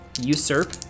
Usurp